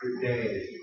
today